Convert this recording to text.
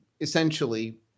essentially